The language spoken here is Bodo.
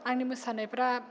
आंनि मोसानायफ्रा